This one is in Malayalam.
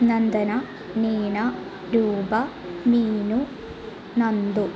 നന്ദന നീന രൂപ മീനു നന്ദു